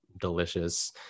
delicious